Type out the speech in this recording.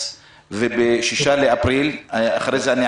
וב-6 לאפריל ולא קיבלתי עליהם תשובות.